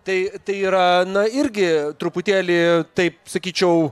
tai tai yra na irgi truputėlį taip sakyčiau